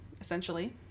essentially